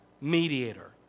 mediator